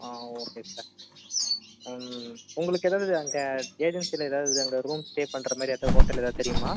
ஆ okay sir ம் உங்களுக்கு ஏதாவது அங்கே ஏஜென்சியில் ஏதாவது அங்கே ரூம் ஸ்டே பண்ணுற மாதிரி எதாது ஹோட்டல் ஏதாவது தெரியுமா